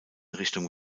richtung